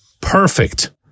perfect